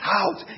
out